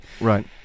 right